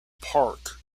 park